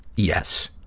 yes.